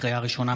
לקריאה ראשונה,